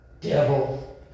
devil